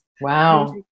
wow